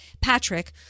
Patrick